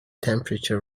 temperature